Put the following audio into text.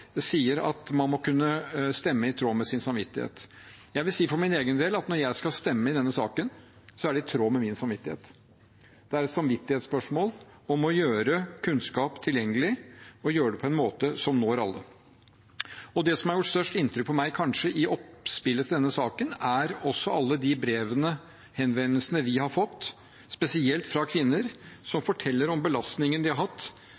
sier at man må kunne stemme i tråd med sin samvittighet. Jeg vil si for min egen del at når jeg skal stemme i denne saken, er det i tråd med min samvittighet. Det er et samvittighetsspørsmål om å gjøre kunnskap tilgjengelig og gjøre det på en måte som når alle. Og det som kanskje har gjort størst inntrykk på meg i oppspillet til denne saken, er alle brevene og henvendelsene vi har fått, spesielt fra kvinner som forteller om belastningen de har hatt